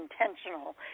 intentional